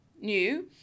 new